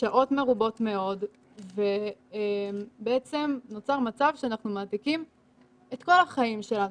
שעות מרובות מאוד ובעצם נוצר מצב שאנחנו מעתיקים את כל החיים שלנו,